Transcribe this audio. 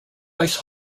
ice